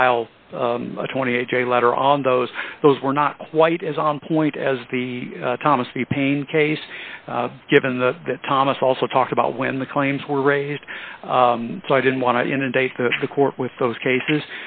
file a twenty eight day letter on those those were not quite as on point as the thomas the payne case given the thomas also talked about when the claims were raised so i didn't want to inundate the court with those cases